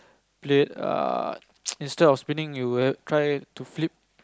played ah instead of spinning you err try to flip it